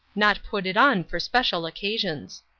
not put it on for special occasions.